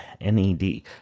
N-E-D